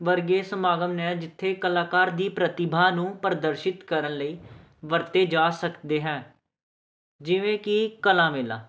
ਵਰਗੇ ਸਮਾਗਮ ਨੇ ਜਿੱਥੇ ਕਲਾਕਾਰ ਦੀ ਪ੍ਰਤਿਭਾ ਨੂੰ ਪ੍ਰਦਰਸ਼ਿਤ ਕਰਨ ਲਈ ਵਰਤੇ ਜਾ ਸਕਦੇ ਹੈ ਜਿਵੇਂ ਕਿ ਕਲਾ ਮੇਲਾ